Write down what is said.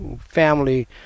family